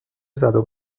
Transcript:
زدو